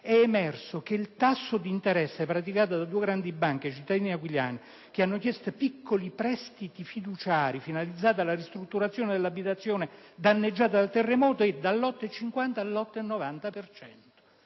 è emerso che il tasso d'interesse praticato da due grandi banche ai cittadini aquilani che hanno chiesto piccoli prestiti fiduciari finalizzati alla ristrutturazione dell'abitazione danneggiata dal terremoto varia dall'8,50 all'8,90